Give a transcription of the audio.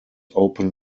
open